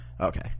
Okay